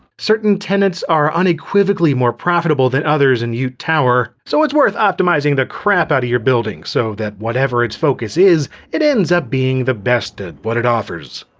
certain tenants are unequivocally more profitable than others in yoot tower. so it's worth optimizing the crap out of your building so that whatever its focus is, it ends up being the best at what it offers.